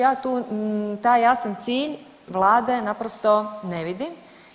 Ja tu taj jasan cilj vlade naprosto ne vidim.